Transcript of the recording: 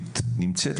הלהט"בית נמצאת,